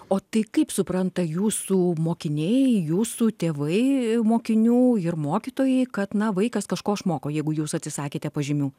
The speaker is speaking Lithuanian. o tai kaip supranta jūsų mokiniai jūsų tėvai mokinių ir mokytojai kad na vaikas kažko išmoko jeigu jūs atsisakėte pažymių